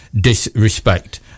Disrespect